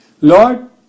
Lord